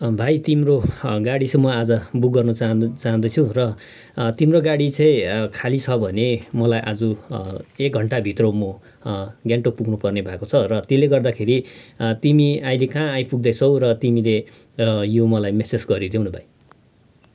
भाइ तिम्रो गाडी चाहिँ म आज बुक गर्नु चाहँ चाहँदैछु र तिम्रो गाडी चाहिँ खाली छ भने मलाई आज एक घन्टाभित्र म गान्तोक पुग्नुपर्ने भएको छ र त्यसले गर्दाखेरि तिमी अहिले कहाँ आइपुग्दैछौ र तिमीले यो मलाई मेसेज गरिदेऊ न भाइ